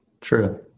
true